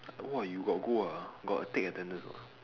!wah! you got go ah got take attendance or not